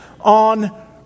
on